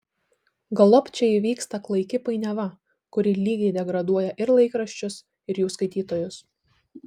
galop čia įvyksta klaiki painiava kuri lygiai degraduoja ir laikraščius ir jų skaitytojus